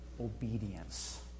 obedience